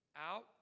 Out